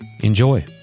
Enjoy